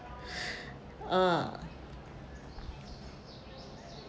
ah